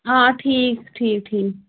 آ ٹھیٖک ٹھیٖک ٹھیٖک